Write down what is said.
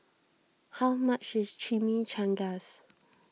how much is Chimichangas